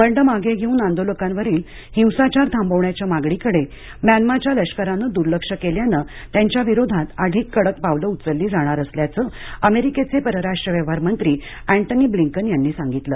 बंड मागे घेऊन आंदोलकांवरील हिंसाचार थांबवण्याच्या मागणीकडं म्यानमाच्या लष्करानं दुर्लक्ष केल्यानं त्यांच्या विरोधात अधिक कडक पावलं उचलली जाणार असल्याचं अमेरिकेचे परराष्ट्र व्यवहार मंत्री अँटनी ब्लिंकन यांनी सांगितलं